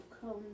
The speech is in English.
come